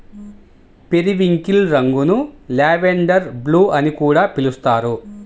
periwinkle రంగును lavender blue అని కూడా పిలుస్తారు